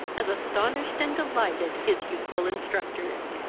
as astonished and delighted his youthful instructors.